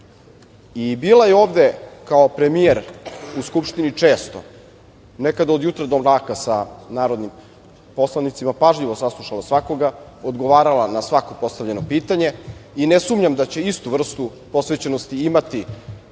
Bila je ovde kao premijer u Skupštini često, nekada od jutra do mraka sa narodnim poslanicima, pažljivo saslušala svakoga, odgovarala na svako postavljeno pitanje i ne sumnjam da će istu vrstu posvećenosti imati